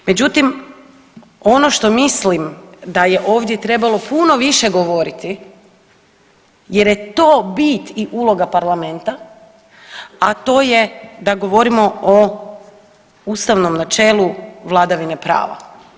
Međutim, ono što mislim da je ovdje trebalo puno više govoriti jer je to bit i uloga Parlamenta, a to je da govorimo o ustavnom načelu vladavine prava.